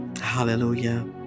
hallelujah